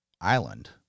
Island